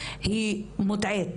היא מוטעית.